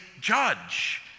judge